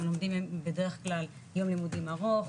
בדרך כלל יום לימודים ארוך,